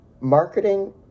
marketing